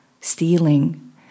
stealing